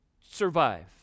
survive